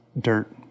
dirt